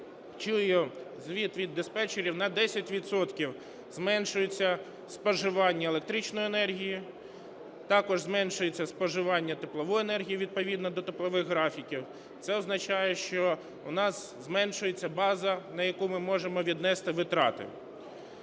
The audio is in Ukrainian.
чую звіт від диспетчерів, на 10 відсотків зменшується споживання електричної енергії. Також зменшується споживання теплової енергії, відповідно до теплових графіків. Це означає, що у нас зменшується база, на яку ми можемо віднести витрати.